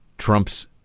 Trump's